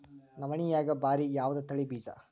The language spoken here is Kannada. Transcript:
ನವಣಿಯಾಗ ಭಾರಿ ಯಾವದ ತಳಿ ಬೀಜ?